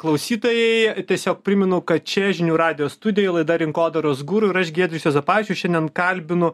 klausytojai tiesiog primenu kad čia žinių radijo studijoj laida rinkodaros guru ir aš giedrius juozapavičius šiandien kalbinu